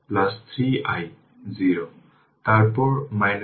সুতরাং 2 Ω এবং তাই এটি একটি হেনরি ইন্ডাক্টর